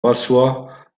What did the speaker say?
rasseoir